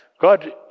God